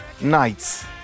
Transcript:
nights